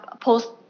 post